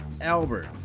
Albert